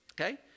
Okay